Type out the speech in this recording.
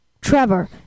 Trevor